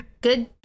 good